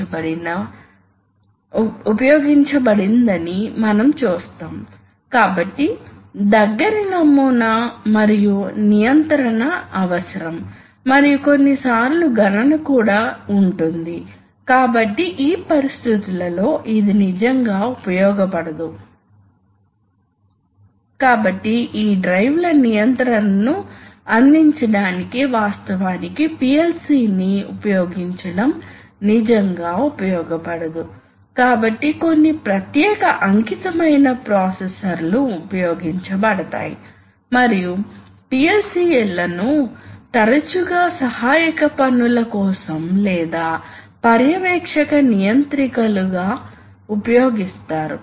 కాబట్టి ప్రెషర్ ఇక్కడకు వెళుతుంది ఆపై ఈ వాల్వ్ ఇప్పుడు ఈ పెట్టెకు మారుతుంది అంటే ఈ ప్రెషర్ ఇప్పుడు ఎగ్జాస్ట్ అయ్యేలా చేస్తుంది ఈ ప్రెషర్ ఎగ్జాస్ట్ అయ్యే క్షణం నుండి అప్పుడు ఈ పొజిషన్ లో ఉండదు కానీ ఇది ఫ్రీ గా ఉంటుంది కాబట్టి ఇప్పుడు మీరు స్టార్ట్ పుష్ బటన్ను నొక్కితే మళ్ళీ ఇక్కడకు వెళ్లి శక్తినిస్తుంది కాబట్టి ప్రాథమికంగా మీరు చేయగలరని మీరు చూస్తారు కాబట్టి ఇది ఒక రకమైన లాచ్ ఇక్కడ స్టార్ట్ పుష్ బటన్ సిగ్నల్ ఉన్నట్లయితే ఇది పిఎల్సి లాజిక్ లేదా డిజిటల్ లాజిక్ లోని లాచ్ యొక్క సహాయక పరిచయం కాబట్టి మీరు స్టార్ట్ పుష్ బటన్ను విడుదల చేసినా ఇది ఈ పైలట్ పోర్ట్ యొక్క ప్రెషర్ మరియు అందువల్ల ఈ వాల్వ్ ఈ పొజిషన్ లో ఉంటుంది మరియు ప్రధాన లోడ్ పోర్ట్ వద్ద ఈ ప్రెషర్ నిర్వహించబడుతుంది